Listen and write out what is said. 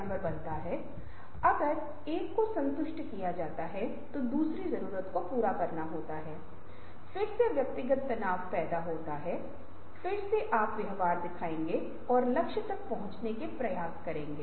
तब बॉक्स को सील कर दिया जाता है प्रबंधन इस अंतिम चरण के साथ कम उत्पादकता को नोटिस करता है कि कार्यकर्ता कभी कभार अखबार पढ़ने के लिए रुक जाते हैं